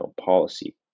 policy